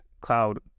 cloud